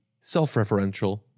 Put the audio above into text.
self-referential